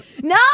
No